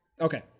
Okay